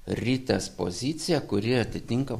ritės poziciją kuri atitinka